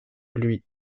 lui